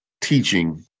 teaching